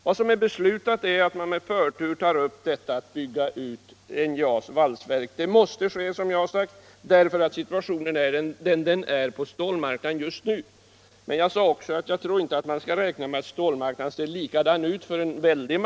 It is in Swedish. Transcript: Vad som är beslutat är att med förtur ta upp utbyggnaden av NJA:s valsverk. Det måste ske, som jag har sagt, därför att situationen är som den är på råstålsmarknaden just nu. Jag sade också att jag inte tror att man skall räkna med att stålmarknaden ser likadan ut många år framöver.